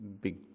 big